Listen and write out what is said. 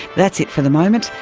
that's it for the moment.